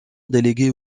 délégué